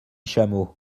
chameau